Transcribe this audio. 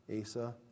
Asa